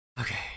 Okay